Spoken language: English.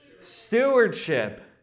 stewardship